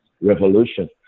revolution